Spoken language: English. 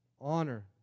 Honor